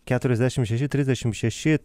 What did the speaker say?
keturiasdešimt šeši trisdešimt šeši